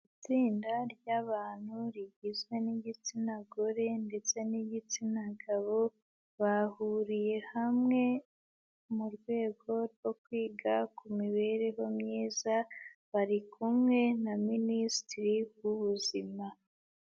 Itsinda ry'abantu rigizwe n'igitsina gore ndetse n'igitsina gabo, bahuriye hamwe mu rwego rwo kwiga ku mibereho myiza bari kumwe na Minisitiri w'ubuzima.